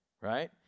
right